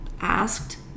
asked